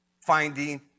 finding